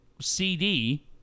CD